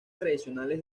tradicionales